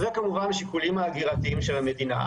וכמובן, שיקולי ההגירה של המדינה.